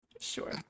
Sure